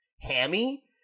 hammy